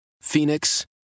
Phoenix